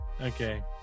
okay